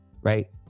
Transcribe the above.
right